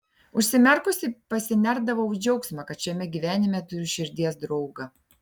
užsimerkusi pasinerdavau į džiaugsmą kad šiame gyvenime turiu širdies draugą